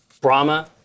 Brahma